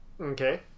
Okay